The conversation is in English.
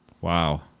Wow